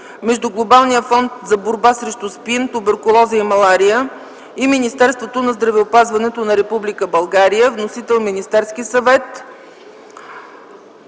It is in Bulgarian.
между глобалния фонд за борба срещу СПИН, туберкулоза и малария и Министерството на здравеопазването на Република България. Вносител е Министерският съвет.